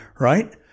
right